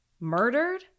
murdered